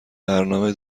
برنامه